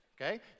okay